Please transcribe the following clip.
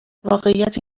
واقعیت